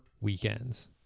weekends